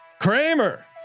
Kramer